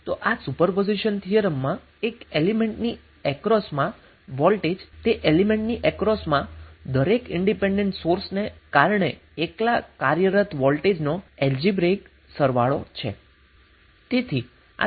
તો આ super position થિયરમમાં એક એલીમેન્ટની અક્રોસમાં વોલ્ટેજ એ તે એલીમેન્ટની અક્રોસમાં દરેક ઇન્ડિપેન્ડન્ટ સોર્સ ને કારણે એકલા કાર્યરત વોલ્ટેજનો એલ્જેબ્રીક સરવાળો છે